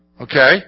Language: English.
Okay